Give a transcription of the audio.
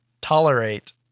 tolerate